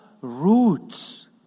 roots